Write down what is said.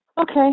okay